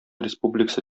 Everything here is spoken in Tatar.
республикасы